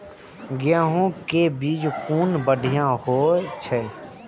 गैहू कै बीज कुन बढ़िया होय छै?